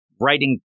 writing